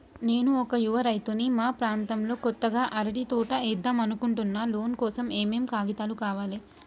నేను ఒక యువ రైతుని మా ప్రాంతంలో కొత్తగా అరటి తోట ఏద్దం అనుకుంటున్నా లోన్ కోసం ఏం ఏం కాగితాలు కావాలే?